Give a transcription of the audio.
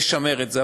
לשמר את זה,